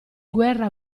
guerra